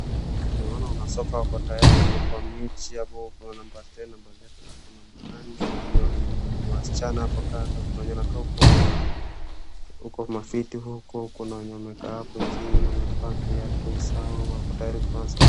Naona wana soka wako tayari kwa mechi hapo kuna namba ten , kuna namba nane, ni wasichana hapo kando kuna wenye wanakaa huko kwa viti huko kuna wenye wamekaa hapo chini, kuna wenye wamevaa viatu zao wako tayari kuanza.